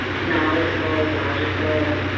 knowledgeable, logical,